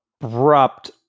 abrupt